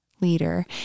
leader